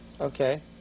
Okay